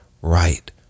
right